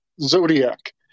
zodiac